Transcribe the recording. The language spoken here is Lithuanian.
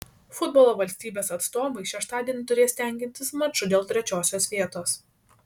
futbolo valstybės atstovai šeštadienį turės tenkintis maču dėl trečiosios vietos